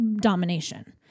domination